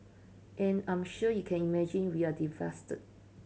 an I'm sure you can imagine we are devastated